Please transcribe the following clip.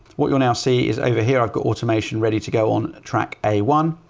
what you'll now see is over here i've got automation ready to go on, track a one.